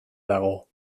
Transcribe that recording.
dago